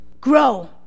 grow